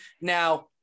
now